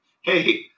Hey